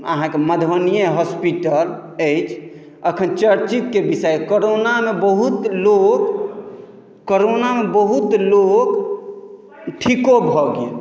अहाँके मधुबनिए हॉस्पिटल अछि एखन चर्चितके विषय कोरोनामे बहुत लोक कोरोनामे बहुत लोक ठीको भऽ गेल